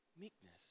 Meekness